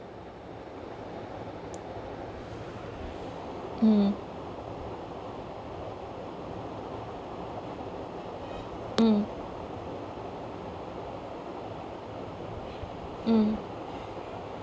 mm mm mm